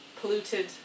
polluted